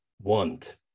want